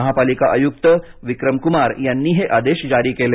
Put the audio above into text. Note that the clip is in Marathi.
महापालिका आयुक्त विक्रमुुमार यांनी हे आदेश जारी केले